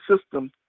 system